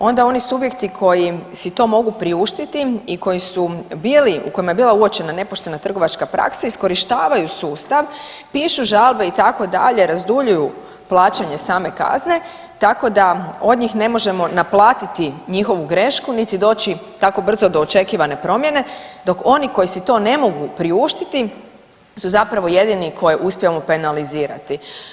Onda oni subjekti koji si to mogu priuštiti i koji su bili, u kojima je bila uočena nepoštena trgovačka praksa, iskorištavaju sustav, pišu žalbe itd., razduljuju plaćanje same kazne, tako da od njih ne možemo naplatiti njihovu grešku niti doći tako brzo do očekivane promjene dok oni koji si to ne mogu priuštiti su zapravo jedini koje uspijemo penalizirati.